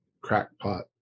crackpot